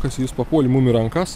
kas jis papuolė mum į rankas